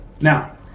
Now